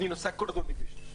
אני נוסע כל הזמן בכביש 6,